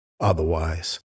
otherwise